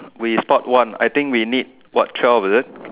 we spot one I think we need twelve is it